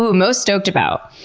most stoked about?